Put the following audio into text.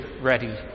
ready